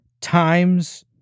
times